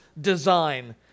design